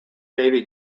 navy